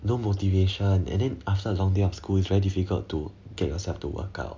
no motivation and then after a long day of school is very difficult to get yourself to workout